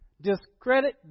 discredit